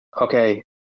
Okay